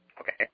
Okay